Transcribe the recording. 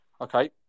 Okay